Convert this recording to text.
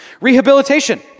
Rehabilitation